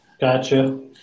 Gotcha